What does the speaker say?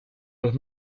los